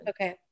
Okay